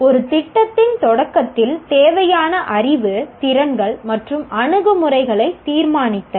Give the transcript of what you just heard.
ஒரு திட்டத்தின் தொடக்கத்தில் தேவையான அறிவு திறன்கள் மற்றும் அணுகுமுறைகளை தீர்மானித்தல்